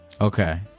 Okay